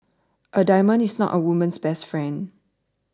a diamond is not a woman's best friend